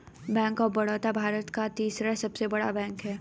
bank of Baroda Bharat का तीसरा सबसे बड़ा बैंक हैं